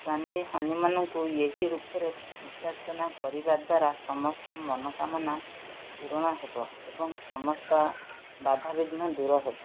ସ୍ୱାମୀ ହନୁମାନଙ୍କୁ ଏହି ରୂପରେ ପୂଜାର୍ଚ୍ଚନା କରିବା ଦ୍ୱାରା ସମସ୍ତ ମନୋକାମନା ପୂରଣ ହେବ ଏବଂ ସମସ୍ତ ବାଧାବିଘ୍ନ ଦୂର ହେବ